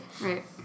Right